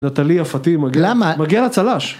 נתלי יפתי מגיע. למה? מגיע לה צל"ש.